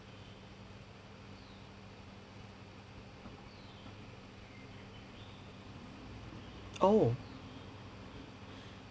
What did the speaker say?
oh